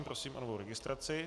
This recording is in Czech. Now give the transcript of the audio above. Prosím o novou registraci.